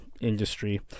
industry